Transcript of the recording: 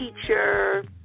teacher